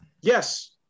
Yes